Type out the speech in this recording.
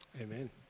Amen